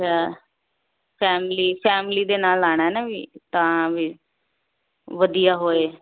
ਅੱਛਾ family family ਦੇ ਨਾਲ ਆਉਣਾ ਹੈ ਨਾ ਵੀ ਤਾਂ ਵੀ ਵਧੀਆ ਹੋਏ